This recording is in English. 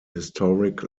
historic